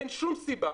אין שום סיבה